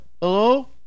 Hello